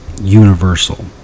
universal